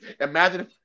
Imagine